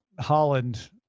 Holland